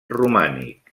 romànic